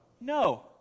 No